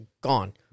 gone